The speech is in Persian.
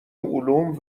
علوم